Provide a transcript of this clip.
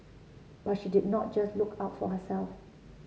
but she did not just look out for herself